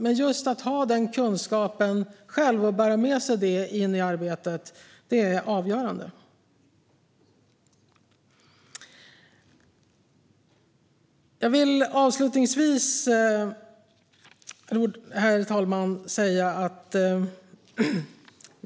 Men just att ha den kunskapen själv och att bära med sig den in i arbetet är avgörande. Herr talman!